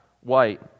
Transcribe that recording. white